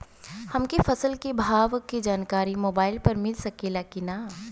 हमके फसल के भाव के जानकारी मोबाइल पर मिल सकेला की ना?